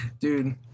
Dude